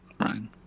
Ryan